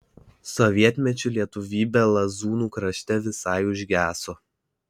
sovietmečiu lietuvybė lazūnų krašte visai užgeso